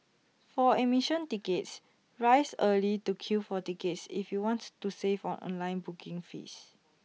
for admission tickets rise early to queue for tickets if you want to save on online booking fees